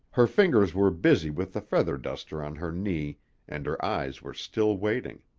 her fingers were busy with the feather-duster on her knee and her eyes were still waiting.